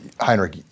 Heinrich